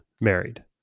married